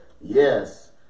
yes